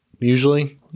Usually